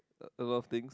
a a lot of things